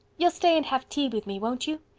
you'll stay and have tea with me, won't you?